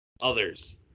others